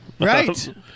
Right